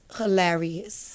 hilarious